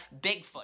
Bigfoot